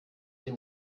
dem